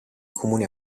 comuni